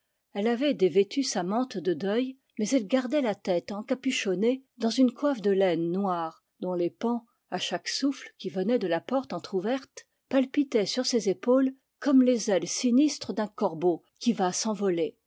elle avait dévêtu sa mante de deuil mais elle gardait la tête encapuchonnée dans une coiffe de laine noire dont les pans à chaque souffle qui venait de la porte entr'ouverte palpitaient sur ses épaules comme les ailes sinistres d'un corbeau qui va s'envoler